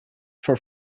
for